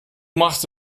machst